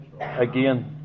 again